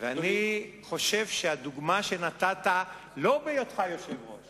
אני חושב שהדוגמה שנתת, לא בהיותך יושב-ראש